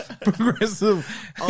progressive